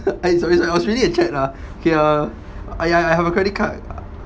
eh sorry sorry I was reading a chat lah ya !aiya! I have a credit card